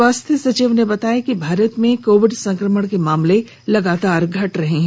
स्वास्थ्य सचिव ने बताया कि भारत में कोविड संक्रमण के मामले लगातार घट रहे हैं